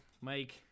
Mike